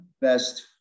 best